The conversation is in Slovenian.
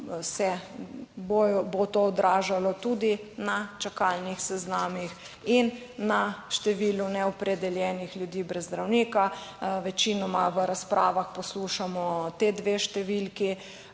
se bo to odražalo tudi na čakalnih seznamih in na številu neopredeljenih ljudi brez zdravnika. Večinoma v razpravah poslušamo ti dve številki,